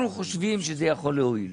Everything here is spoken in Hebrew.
אנחנו חושבים שזה יכול להועיל.